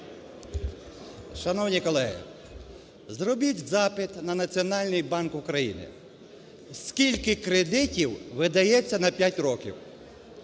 Шановні колеги, зробіть запит на Національний банк України, скільки кредитів видається на 5 років.